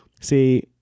See